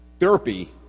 Therapy